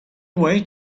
away